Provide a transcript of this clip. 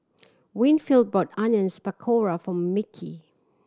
Winfield bought Onions Pakora for Mickie